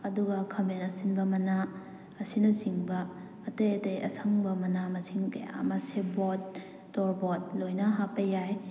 ꯑꯗꯨꯒ ꯈꯥꯃꯦꯟ ꯑꯁꯤꯟꯕ ꯃꯅꯥ ꯑꯁꯤꯅꯆꯤꯡꯕ ꯑꯇꯩ ꯑꯇꯩ ꯑꯁꯪꯕ ꯃꯅꯥ ꯃꯁꯤꯡ ꯀꯌꯥ ꯑꯃ ꯁꯦꯕꯣꯠ ꯇꯣꯔꯕꯣꯠ ꯂꯣꯏꯅ ꯍꯥꯞꯄ ꯌꯥꯏ